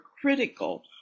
critical